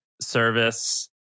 service